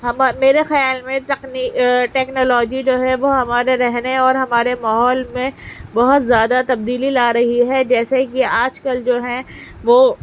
ہم میرے خیال میں تکنی ٹیکنالوجی جو ہے وہ ہمارے رہنے اور ہمارے ماحول میں بہت زیادہ تبدیلی لا رہی ہے جیسے کہ آج کل جو ہیں وہ